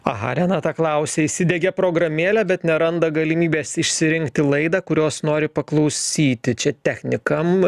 aha renata klausia įsidegė programėlę bet neranda galimybės išsirinkti laidą kurios nori paklausyti čia technikam